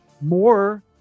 more